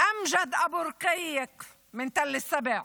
אמג'ד אבו רקייק מתל שבע,